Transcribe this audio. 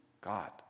God